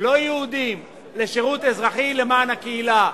לא יהודים לשירות אזרחי למען הקהילה,